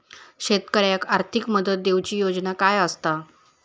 शेतकऱ्याक आर्थिक मदत देऊची योजना काय आसत?